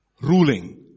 Ruling